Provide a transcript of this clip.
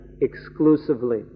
exclusively